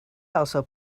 also